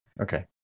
Okay